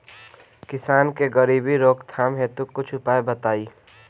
किसान के गरीबी रोकथाम हेतु कुछ उपाय बताई?